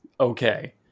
okay